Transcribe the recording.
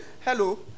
Hello